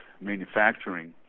manufacturing